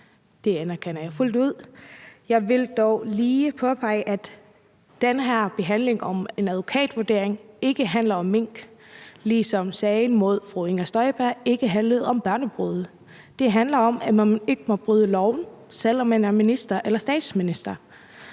Det anerkender jeg fuldt ud. Jeg vil dog lige påpege, at behandlingen af det her beslutningsforslag om en advokatvurdering ikke handler om mink, ligesom sagen mod fru Inger Støjberg ikke handlede om barnebrude. Det handler om, at man ikke må bryde loven, selv om man er minister eller statsminister.